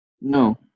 No